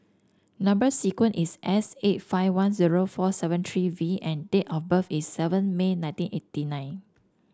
number sequence is S eight five one zero four seven three V and date of birth is seven May nineteen eighty nine